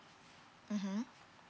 mmhmm